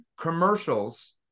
commercials